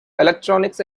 electronics